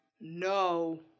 no